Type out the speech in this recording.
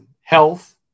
Health